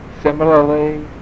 Similarly